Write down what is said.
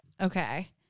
okay